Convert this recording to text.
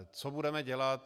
Co budeme dělat?